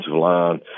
line